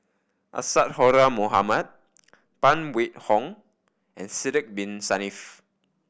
Isadhora Mohamed Phan Wait Hong and Sidek Bin Saniff